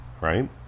right